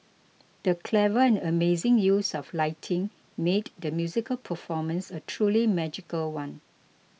the clever and amazing use of lighting made the musical performance a truly magical one